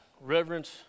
Reverence